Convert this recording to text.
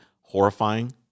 horrifying